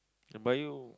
Bio